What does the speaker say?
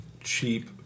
cheap